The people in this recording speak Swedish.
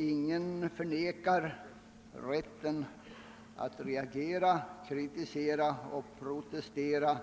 Ingen förnekar rätten att reagera, kritisera och protestera